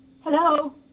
Hello